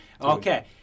Okay